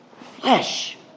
Flesh